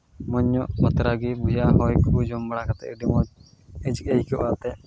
ᱢᱚᱡᱽ ᱧᱚᱜ ᱵᱟᱛᱨᱟ ᱜᱮ ᱡᱟᱦᱟᱸ ᱦᱚᱭ ᱠᱚ ᱡᱚᱢ ᱵᱟᱲᱟ ᱠᱟᱛᱮᱫ ᱟᱹᱰᱤ ᱢᱚᱡᱽ ᱟᱹᱭᱠᱟᱹᱜᱼᱟ ᱮᱱᱛᱮᱜ